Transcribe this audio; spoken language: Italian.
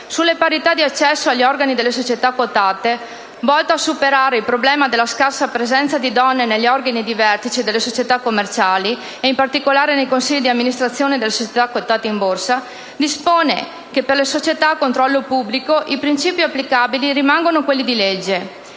sulla parità di accesso agli organi delle società quotate, volta a superare il problema della scarsa presenza di donne negli organi di vertice delle società commerciali e in particolare nei consigli di amministrazione delle società quotate in Borsa, dispone che le disposizioni dalla stessa previste si applicano anche alle società